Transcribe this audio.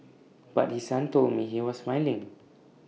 but his son told me he was smiling